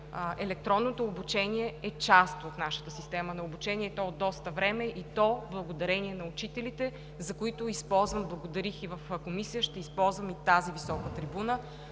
електронното обучение е част от нашата система на обучение, и то от доста време, и то благодарение на учителите, на които благодарих и в Комисията, ще използвам и тази висока трибуна